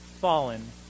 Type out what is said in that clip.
fallen